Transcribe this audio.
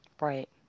Right